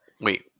wait